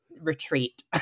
Retreat